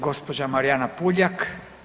Gospođa Marijana Puljak.